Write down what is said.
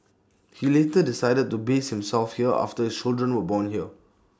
he later decided to base himself here after children were born here